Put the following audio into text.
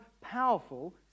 powerful